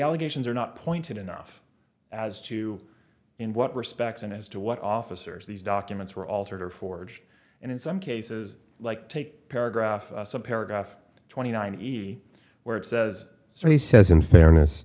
allegations are not pointed enough as to in what respects and as to what officers these documents were altered or forged and in some cases like take paragraph paragraph twenty nine easy where it says so he says in fairness